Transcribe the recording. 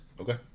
Okay